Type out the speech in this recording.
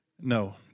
No